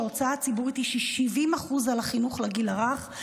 שם ההוצאה הציבורית היא 70% על החינוך לגיל הרך,